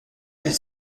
elle